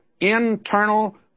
internal